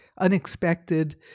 unexpected